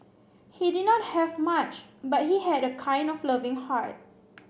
he did not have much but he had a kind of loving heart